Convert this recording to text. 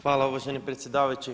Hvala uvaženi predsjedavajući.